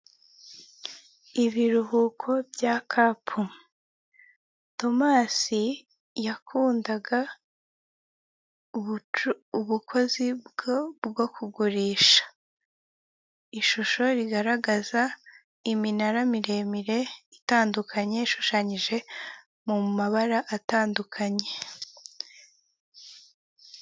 Ibiruhuko bya kapu Tomasi yakundaga ubukozi bwo kugurisha ishusho rigaragaza iminara miremire itandukanye ishushanyije mu mabara atandukanye.